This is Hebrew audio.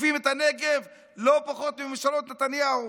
תוקפים את הנגב לא פחות מממשלות נתניהו.